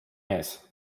ees